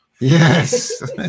Yes